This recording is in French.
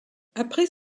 après